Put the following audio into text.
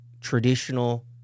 traditional